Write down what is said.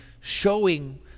showing